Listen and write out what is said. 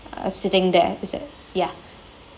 uh sitting there is it ya